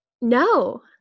No